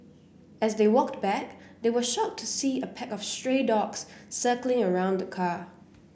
as they walked back they were shocked to see a pack of stray dogs circling around the car